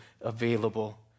available